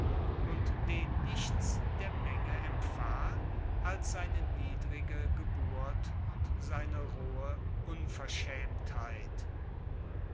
und den nichts der menge empfahl als seine niedrige geburt und seine rohe unverschaemtheit